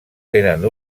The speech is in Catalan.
tenen